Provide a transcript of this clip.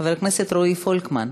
חבר הכנסת רועי פולקמן,